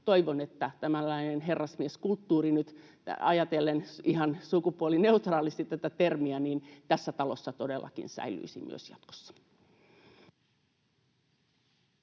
Toivon, että tämänlainen herrasmieskulttuuri nyt — ajatellen ihan sukupuolineutraalisti tätä termiä — tässä talossa todellakin säilyisi myös jatkossa.